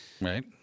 Right